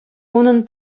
унӑн